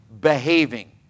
behaving